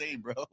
bro